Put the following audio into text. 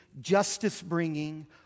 justice-bringing